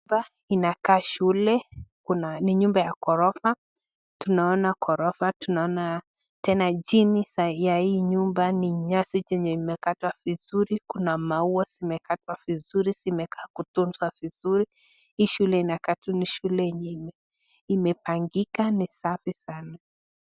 Hapa inakaa shule kuna ni nyumba ya ghorofa. Tunaona ghorofa tunaona tena chini ya hii nyumba ni nyasi chenye imekatwa vizuri, kuna maua zimekatwa vizuri zimekaa kutunzwa vizuri. Hii shule inakaa tu ni shule yenye Imepangika ni safi sana.